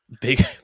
Big